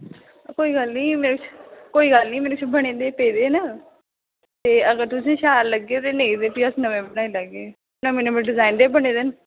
कोई गल्ल नीं में कोई गल्ल नीं मेरे कश बनेदे पेदे न ते अगर तुसेंगी शैल लगे नेईं ते अस फिर नमें बनाई लैगे नमें नमें डिजाइन दे बने दे न